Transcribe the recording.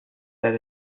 that